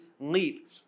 leap